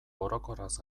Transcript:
orokorraz